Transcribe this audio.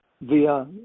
via